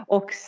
Och